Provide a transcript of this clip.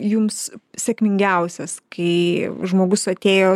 jums sėkmingiausias kai žmogus atėjo